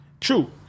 True